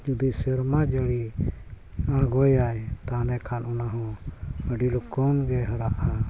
ᱡᱩᱫᱤ ᱥᱮᱨᱢᱟ ᱡᱟᱹᱲᱤ ᱟᱲᱜᱚᱭᱟᱭ ᱛᱟᱦᱚᱞᱮ ᱠᱷᱟᱱ ᱚᱱᱟ ᱦᱚᱸ ᱟᱹᱰᱤ ᱞᱚᱜᱚᱱ ᱜᱮ ᱦᱟᱨᱟᱜᱼᱟ